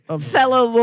fellow